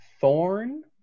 thorn